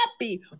happy